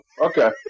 okay